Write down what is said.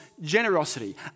generosity